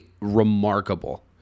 remarkable